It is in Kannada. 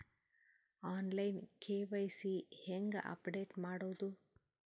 ಆನ್ ಲೈನ್ ಕೆ.ವೈ.ಸಿ ಹೇಂಗ ಅಪಡೆಟ ಮಾಡೋದು?